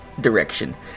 direction